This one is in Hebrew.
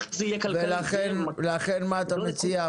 ולכן מה אתה מציע?